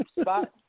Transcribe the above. spot